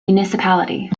municipality